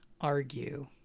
argue